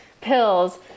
pills